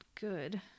good